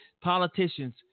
politicians